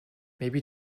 maybe